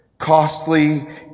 Costly